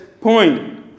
point